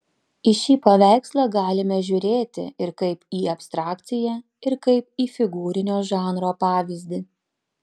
į šį paveikslą galime žiūrėti ir kaip į abstrakciją ir kaip į figūrinio žanro pavyzdį